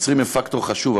המצרים הם פקטור חשוב.